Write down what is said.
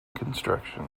construction